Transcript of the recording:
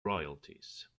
royalties